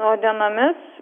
o dienomis